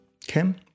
Kim